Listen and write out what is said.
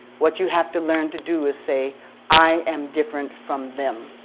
what you have to learn to do is say i am different from them